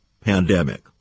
pandemic